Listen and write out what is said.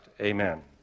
amen